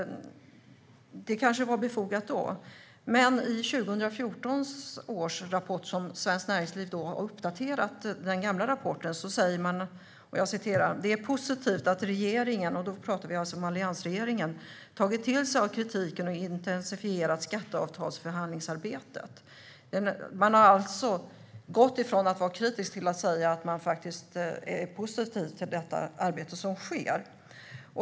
Det kanske var befogat då. Men i 2014 års rapport, där Svenskt Näringsliv har uppdaterat den gamla rapporten, säger man att "det är positivt att regeringen" - då pratar vi om alliansregeringen - "har tagit till sig av kritiken och intensifierat skatteavtalsförhandlingsarbetet". Man har alltså gått från att vara kritisk till att säga att man är positiv till det arbete som sker.